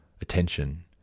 attention